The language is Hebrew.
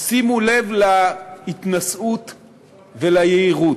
שימו לב להתנשאות וליהירות: